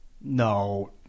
No